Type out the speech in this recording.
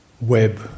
web